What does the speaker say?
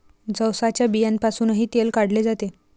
जवसाच्या बियांपासूनही तेल काढले जाते